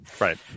Right